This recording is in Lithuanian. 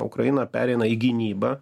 ukraina pereina į gynybą